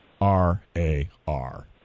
R-A-R